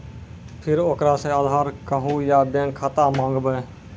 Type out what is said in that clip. फिर ओकरा से आधार कद्दू या बैंक खाता माँगबै?